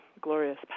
glorious